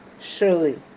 surely